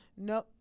no